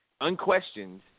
Unquestioned